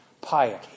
piety